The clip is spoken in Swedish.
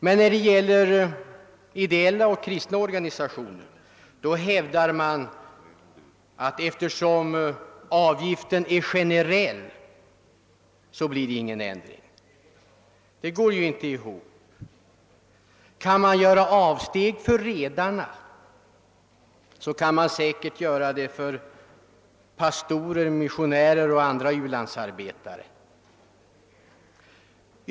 Men när det gäller ideella och kristna organisationer hävdar man att det inte skall göras någon ändring, eftersom avgiften är generell. Det går inte ihop. Kan man göra avsteg från reglerna för redarna kan man säkert göra det för pastorer, missionärer och andra ulandsarbetare.